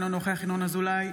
אינו נוכח ינון אזולאי,